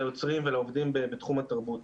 ליוצרים ולעובדים בתחום התרבות.